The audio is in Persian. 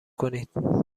کنید